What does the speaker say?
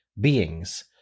beings